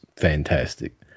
fantastic